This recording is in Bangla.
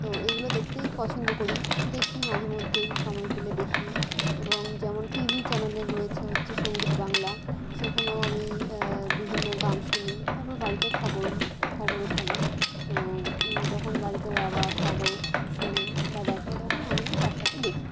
তো এইগুলো দেখতেই পছন্দ করি দেখি মাঝে মধ্যেই সময় পেলে দেখি এবং যেমন টিভি চ্যানেলের রয়েছে হচ্ছে সংগীত বাংলা সেইখানেও আমি বিভিন্ন গান শুনি তারপর বাড়িতে খবর খবরও চলে তো যখন বাড়িতে বাবা খবর শোনে বা দেখে তখন আমিও তার সাথে দেখি